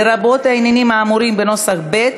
לרבות העניינים האמורים בנוסח ב',